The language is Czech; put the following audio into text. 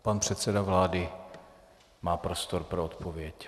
Pan předseda vlády má prostor pro odpověď.